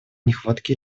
нехватки